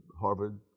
Harvard